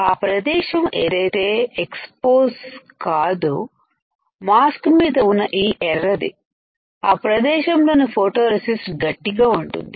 ఆ ప్రదేశం ఏదైతే ఎక్సపోజ్ కాదు మాస్క్ మీద ఉన్న ఈ ఎర్రది ఆ ప్రదేశం లోని ఫోటోరెసిస్ట్ గట్టిగా ఉంటుంది